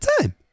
time